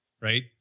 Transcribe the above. right